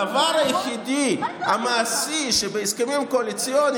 הדבר היחידי המעשי שבהסכמים הקואליציוניים